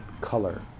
color